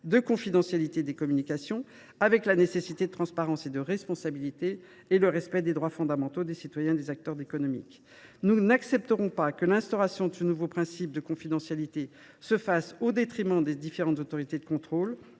de confidentialité des communications avec les nécessaires principes de transparence et de responsabilité et avec le respect des droits fondamentaux des citoyens et des acteurs économiques. Nous n’accepterons pas que l’instauration de ce nouveau principe de confidentialité se fasse au détriment des différentes autorités de contrôle